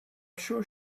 sure